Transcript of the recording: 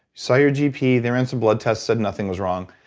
saw your gp, they ran some blood tests, said nothing was wrong.